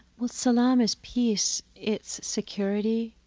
well, salaam is peace, it's security,